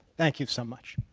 thank you so much.